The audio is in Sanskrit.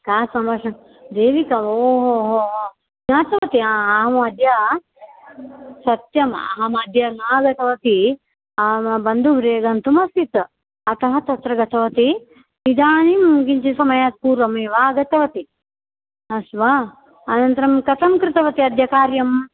का सम्भाषणं देविका हो हो हो ज्ञातवती अम् अद्य सत्यम् अहमद्य नागतवती मम बन्दुगृहे गन्तुमासीत् अतः तत्र गतवती इदानीं किञ्चित् समयात् पूर्वमेव आगतवती अस्तु वा अनन्तरं कथं कृतवती अद्य कार्यं